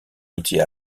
outils